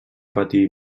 patí